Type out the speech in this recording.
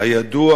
הידוע